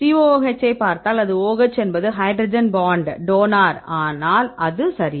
COOH ஐப் பார்த்தால் அது OH என்பது ஹைட்ரஜன்பாண்டு டோனர் ஆனால் இது சரியல்ல